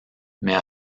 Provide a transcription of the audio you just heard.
mais